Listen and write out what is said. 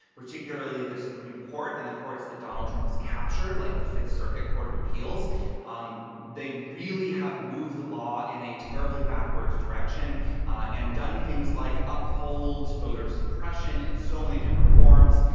particularly the supreme court and the courts that donald trump has captured, like the fifth circuit court of appeals um they really have moved the law in a terribly backwards direction and done things like upholds voter suppression in so many different forums,